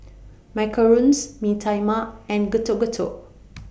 Macarons Mee Tai Mak and Getuk Getuk